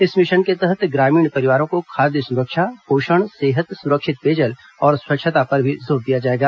इस मिशन के तहत ग्रामीण परिवारों की खाद्य सुरक्षा पोषण सेहत सुरक्षित पेयजल और स्वच्छता पर भी जोर दिया जाएगा